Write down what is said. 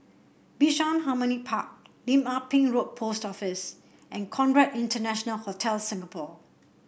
Bishan Harmony Park Lim Ah Pin Road Post Office and Conrad International Hotel Singapore